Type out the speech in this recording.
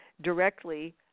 directly –